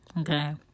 Okay